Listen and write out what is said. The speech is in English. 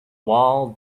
wall